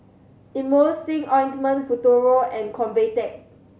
Emulsying Ointment Futuro and Convatec